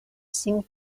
cinc